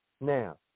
Now